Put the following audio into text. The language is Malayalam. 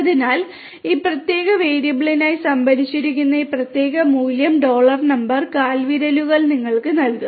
അതിനാൽ ഈ പ്രത്യേക വേരിയബിളിനായി സംഭരിച്ചിരിക്കുന്ന ഈ പ്രത്യേക മൂല്യം ഡോളർ നമ്പർ കാൽവിരലുകൾ നിങ്ങൾക്ക് നൽകും